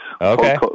okay